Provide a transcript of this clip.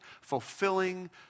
fulfilling